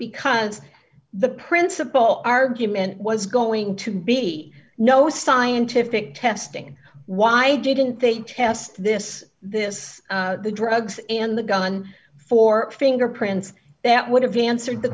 because the principal argument was going to be no scientific testing why didn't they test this this the drugs and the gun for fingerprints that would have answered the